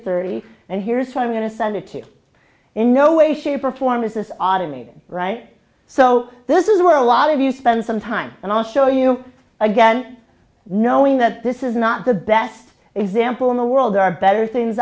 thirty and here's how i'm going to send it to in no way shape or form is this automated right so this is where a lot of you spend some time and i'll show you again knowing that this is not the best example in the world are better things